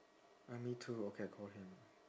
uh me too okay I call him